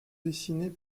dessinés